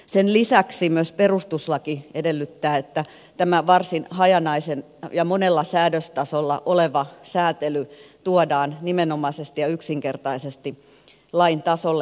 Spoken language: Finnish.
sen lisäksi myös perustuslaki edellyttää että tämä varsin hajanainen ja monella säädöstasolla oleva säätely tuodaan nimenomaisesti ja yksinkertaisesti lain tasolle